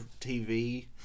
TV